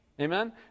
Amen